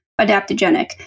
adaptogenic